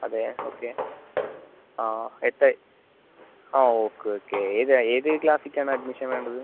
അതെ ഓക്കെ ആ എട്ട് ആ ഓക്കെ ഓക്കെ ഏതാണ് ഏത് ക്ലാസ്സിലേക്ക് ആണ് അഡ്മിഷൻ വേണ്ടത്